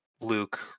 Luke